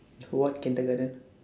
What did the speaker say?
what kindergarten